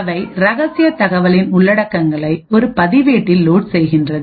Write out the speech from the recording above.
அவை இரகசிய தகவலின் உள்ளடக்கங்களை ஒரு பதிவேட்டில் லோட் செய்கின்றது